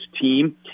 team